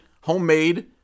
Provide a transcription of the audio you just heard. homemade